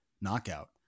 knockout